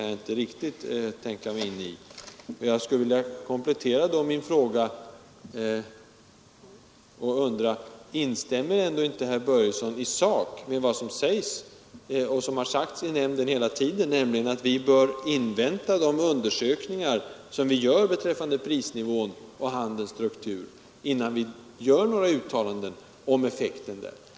Jag skulle vilja komplettera min fråga: Instämmer inte herr Börjesson i sak med vad som sägs och hela tiden har sagts i nämnden, nämligen att vi bör invänta de undersökningar som vi gör beträffande prisnivån och handelns struktur, innan vi gör några uttalanden om effekten?